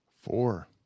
four